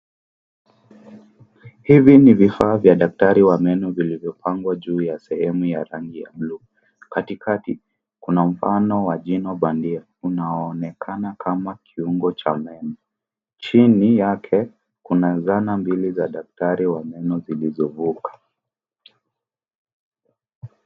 Hivi ni vifaa vya daktari wa meno vilivyopangwa juu ya sehemu ya rangi ya buluu. Katikati kuna mfano wa jino bandia unaoonekana kama kiungo cha meno. Chini yake, kuna zana mbili za daktari wa meno zilizovuka.